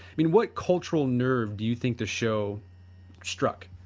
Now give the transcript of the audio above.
mean what cultural nerve do you think the show struck?